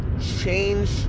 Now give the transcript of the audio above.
change